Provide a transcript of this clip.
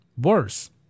Worse